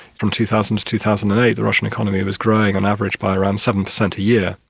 from two thousand to two thousand and eight, the russian economy was growing on average by around seven percent a year.